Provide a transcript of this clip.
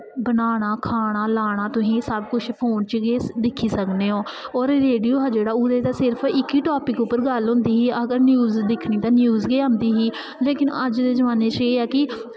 बनाना खाना लाना तुसीं सब कुछ फोन च गै दिक्खी सकने ओ होर रेडियो हा जेह्ड़ा उस च ते सिर्फ इक ई टॉपिक उप्पर गल्ल होंदी ही अगर न्यूज़ दिक्खनी तां न्यूज़ गै आंदी ही लेकिन अज्ज दे जमान्ने च एह् ऐ कि